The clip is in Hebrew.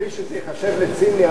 בלי שזה ייחשב לציני,